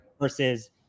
versus